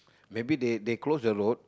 maybe they they close the road